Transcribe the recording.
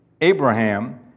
Abraham